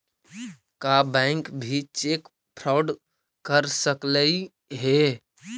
का बैंक भी cheque fraud कर सकलई हे?